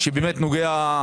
יש נרצחים,